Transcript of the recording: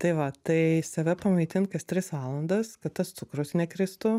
tai va tai save pamaitint kas tris valandas kad tas cukrus nekristų